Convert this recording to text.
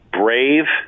brave